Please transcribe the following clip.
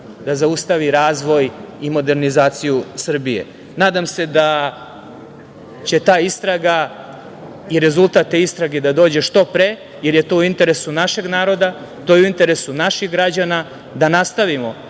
da zaustavi razvoj i modernizaciju Srbije. Nadam se da će ta istraga i rezultat te istrage da dođe što pre, jer je to u interesu našeg naroda, to je u interesu naših građana, da nastavimo